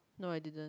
no I didn't